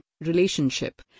relationship